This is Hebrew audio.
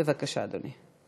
בבקשה, אדוני.